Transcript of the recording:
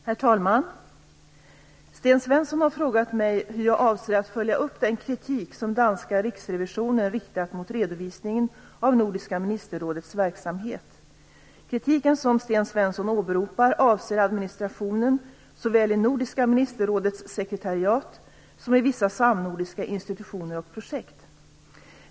Herr talman! Sten Svensson har frågat mig hur jag avser att följa upp den kritik som danska riksrevisionen har riktat mot redovisningen av Nordiska ministerrådets verksamhet. Kritiken som Sten Svensson åberopar avser administrationen såväl i Nordiska ministerrådets sekretariat som i vissa samnordiska institutioner och projekt.